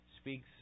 speaks